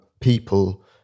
people